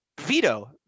veto